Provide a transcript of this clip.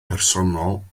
personol